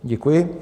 Děkuji.